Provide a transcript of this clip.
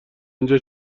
اینجا